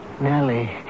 Nellie